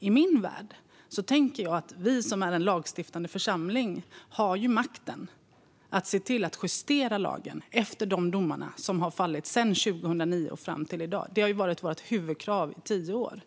I min värld tänker jag att vi som är en lagstiftande församling har makten att se till att justera lagen efter de domar som har fallit sedan 2009 och fram till i dag. Detta har varit vårt huvudkrav i tio år.